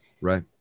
Right